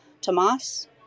Tomas